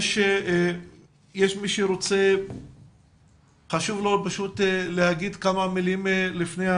האם מבין המשתתפים בדיון יש מי שרוצה וחשוב לו להגיד כמה מילים לפני?